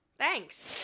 Thanks